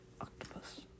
octopus